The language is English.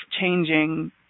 changing